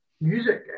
music